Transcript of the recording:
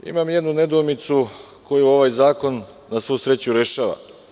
Imam jednu nedoumicu koju ovaj zakon na svu sreću rešava.